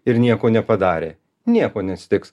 ir nieko nepadarė nieko neatsitiks